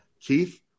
Keith